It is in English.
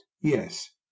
yes